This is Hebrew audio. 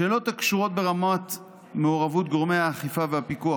שאלות הקשורות ברמת מעורבות גורמי האכיפה והפיקוח